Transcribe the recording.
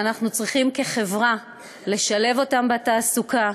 ואנחנו צריכים כחברה לשלב אותם בתעסוקה,